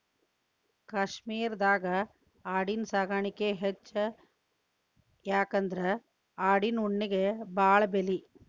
ಕಾಶ್ಮೇರದಾಗ ಆಡಿನ ಸಾಕಾಣಿಕೆ ಹೆಚ್ಚ ಯಾಕಂದ್ರ ಆಡಿನ ಉಣ್ಣಿಗೆ ಬಾಳ ಬೆಲಿ